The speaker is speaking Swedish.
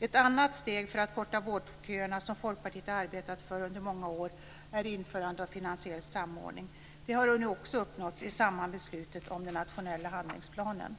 Ett annat steg för att korta vårdköerna som Folkpartiet har arbetat för under många år är införandet av finansiell samordning. Det har nu också uppnåtts i samband med beslutet om den nationella handlingsplanen.